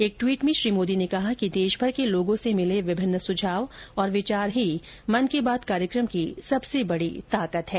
एक ट्वीट में श्री मोदी ने कहा कि देशभर के लोगों से मिले विभिन्न सुझाव और विचार ही मन की बात कार्यक्रम की सबसे बड़ी ताकत है